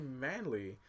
manly